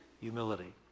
humility